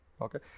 Okay